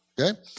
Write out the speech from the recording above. okay